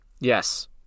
Yes